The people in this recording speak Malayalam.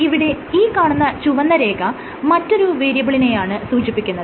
ഇവിടെ ഈ കാണുന്ന ചുവന്ന രേഖ മറ്റൊരു വേരിയബിളിനെയാണ് സൂചിപ്പിക്കുന്നത്